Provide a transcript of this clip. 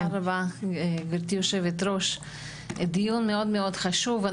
תודה רבה גברתי היו"ר, דיון מאוד מאוד חשוב.